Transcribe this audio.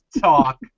talk